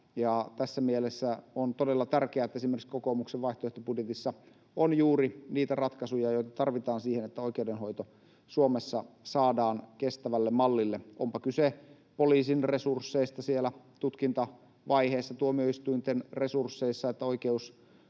tässä mielessä on todella tärkeää, että esimerkiksi kokoomuksen vaihtoehtobudjetissa on juuri niitä ratkaisuja, joita tarvitaan siihen, että oikeudenhoito Suomessa saadaan kestävälle mallille, onpa kyse poliisin resursseista siellä tutkintavaiheessa tai tuomioistuinten resursseista, että oikeus